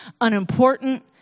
unimportant